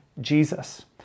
Jesus